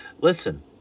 listen